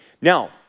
Now